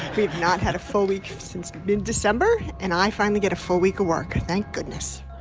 we've not had a full week since mid-december, and i finally get a full week of work. thank goodness